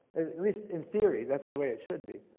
least in theory, that's the way it should be.